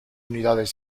unidades